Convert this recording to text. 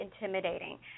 intimidating